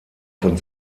von